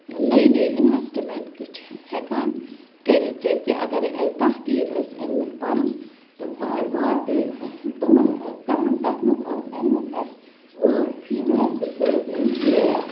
نٔے نٔے اِنویٚسٹٕمیٚنٛٹ تہِ چھِ ہیٚکان کٔرِتھ کیٛازکہِ اَگرَے اَسہِ دَہ تیٖر ٲسۍ أنمٕتۍ پَرُس تہٕ وٕہٕرۍ بعد گٔے تِمَن دَہَن تَتھ منٛز ٲس أنمٕژ اَسہِ ٲٹھ فیٖمیل تہٕ زٕ ٲسۍ أنمٕتۍ میل